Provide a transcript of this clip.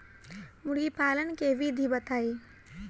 मुर्गीपालन के विधी बताई?